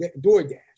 DoorDash